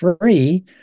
free